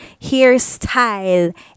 hairstyle